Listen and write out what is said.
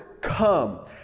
come